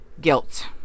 Guilt